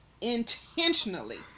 intentionally